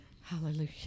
Hallelujah